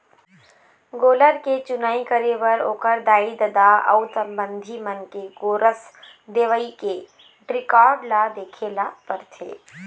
गोल्लर के चुनई करे बर ओखर दाई, ददा अउ संबंधी मन के गोरस देवई के रिकार्ड ल देखे ल परथे